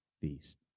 feast